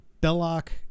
Belloc